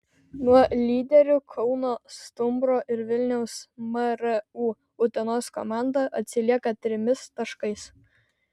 nuo lyderių kauno stumbro ir vilniaus mru utenos komanda atsilieka trimis taškais